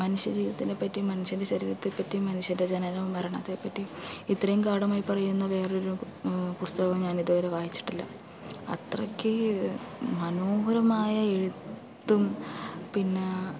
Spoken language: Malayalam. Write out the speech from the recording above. മനുഷ്യ ജീവിതത്തിനെ പറ്റി മനുഷ്യൻ്റെ ശരീരത്തെ പറ്റി മനുഷ്യൻ്റെ ജനന മരണത്തെ പറ്റി ഇത്രയും ഗാഢമായി പറയുന്ന വേറൊരു പുസ്തകം ഞാനിതുവരെ വായിച്ചിട്ടില്ല അത്രക്ക് മനോഹരമായ എഴുത്തും പിന്നെ